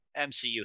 MCU